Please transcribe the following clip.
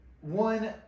one